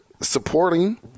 supporting